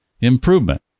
improvement